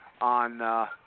on